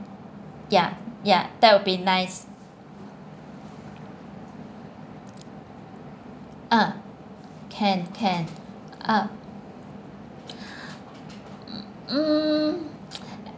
ya ya that will be nice ah can can ah mm